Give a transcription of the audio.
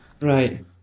Right